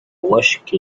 وشك